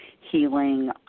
healing